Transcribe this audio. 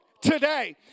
today